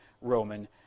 Roman